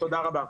תודה רבה.